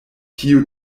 tiu